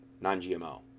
non-GMO